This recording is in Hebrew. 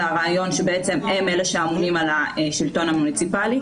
הרעיון שהם אלה שאמונים על השלטון המוניציפלי,